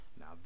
Now